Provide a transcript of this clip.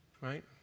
Right